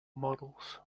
models